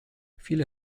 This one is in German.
viele